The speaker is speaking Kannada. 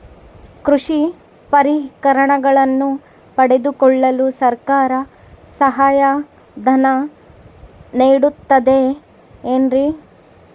ಕೃಷಿ ಪರಿಕರಗಳನ್ನು ಪಡೆದುಕೊಳ್ಳಲು ಸರ್ಕಾರ ಸಹಾಯಧನ ನೇಡುತ್ತದೆ ಏನ್ರಿ?